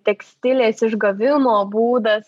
tekstilės išgavimo būdas